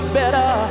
better